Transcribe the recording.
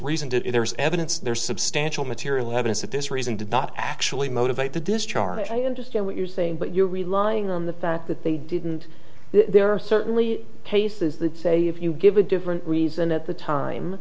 reason did it there is evidence there is substantial material evidence that this reason did not actually motivate the discharge i understand what you're saying but you're relying on the fact that they didn't there are certainly cases that say if you give a different reason at the time